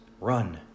run